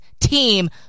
team